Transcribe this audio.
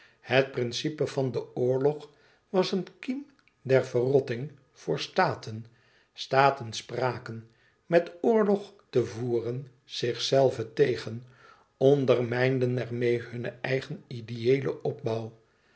het principe van den oorlog was een kiem der verrotting voor staten staten spraken met oorlog te voeren zichzelve tegen ondermijnden er meê hunne eigen ideeëlen opbouw